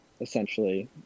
essentially